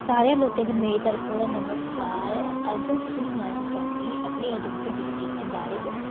सारें लोकें गी मेरी तरफा दा नमस्कार अज्ज अं'ऊ तुसें गी सनाना चाह्न्नी अपने उधमपुर डिस्ट्रिक्ट दे बारै च